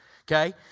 Okay